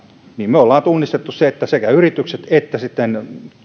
me olemme tunnistaneet sen että sekä yritykset että